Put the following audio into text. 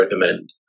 recommend